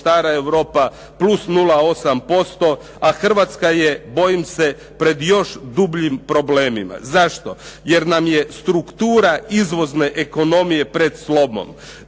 stara Europa +0,8% a Hrvatska je bojim se pred još dubljim problemima. Zašto? Jer nam je struktura izvozne ekonomije pred slomom.